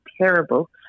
terrible